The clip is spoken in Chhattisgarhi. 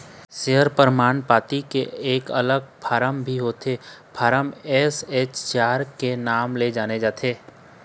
सेयर परमान पाती के अलगे एक फारम भी होथे फारम एस.एच चार के नांव ले जाने जाथे